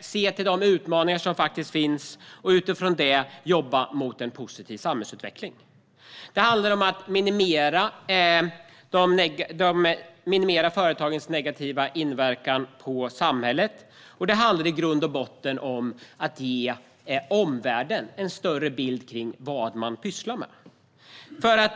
se de utmaningar som finns och utifrån det jobba mot en positiv samhällsutveckling. Det handlar också om att minimera företagens negativa inverkan på samhället och om att ge omvärlden en större bild av vad man sysslar med.